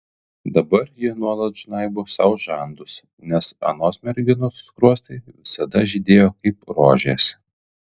dabar ji nuolat žnaibo sau žandus nes anos merginos skruostai visada žydėjo kaip rožės